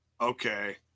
okay